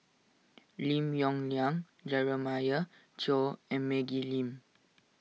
Lim Yong Liang Jeremiah Choy and Maggie Lim